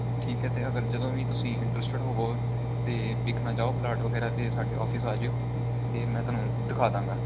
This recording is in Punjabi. ਠੀਕ ਹੈ ਤਾਂ ਅਗਰ ਜਦੋਂ ਵੀ ਤੁਸੀਂ ਇੰਟਰਸਟਿਡ ਹੋਵੋ ਅਤੇ ਵੇਖਣਾ ਚਾਹੋ ਪਲਾਟ ਵਗੈਰਾ ਤਾਂ ਸਾਡੇ ਆਫਿਸ ਆ ਜਿਓ ਅਤੇ ਮੈਂ ਤੁਹਾਨੂੰ ਦਿਖਾ ਦਾਂਗਾ